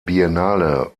biennale